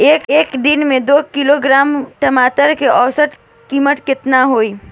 एक दिन में दो किलोग्राम टमाटर के औसत कीमत केतना होइ?